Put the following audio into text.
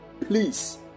please